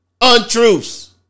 Untruths